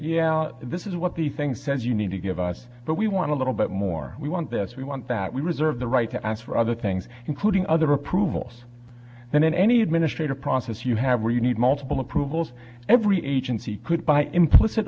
yeah this is what the thing says you need to give us but we want a little bit more we want this we want that we reserve the right to ask for other things including other approvals than any administrative process you have where you need multiple approvals every agency could by implicit